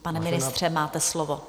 Pane ministře, máte slovo.